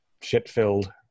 shit-filled